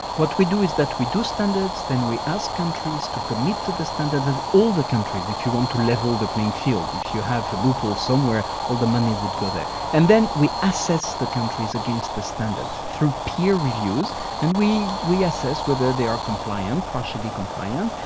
what we do is that we do standards. then we ask countries to commit to the standards of all the countries if you want to level the playing field, if you have a loophole somewhere all the money would go there. and then we assess the countries against the standard through peer reviews and we we assess whether they are compliant, partially compliant,